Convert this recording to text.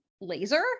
laser